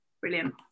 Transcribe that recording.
Brilliant